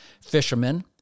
fishermen